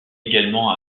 également